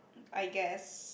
I guess